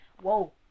Whoa